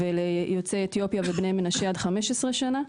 וליוצאי אתיופיה ובני מנשה עד 15 שנה,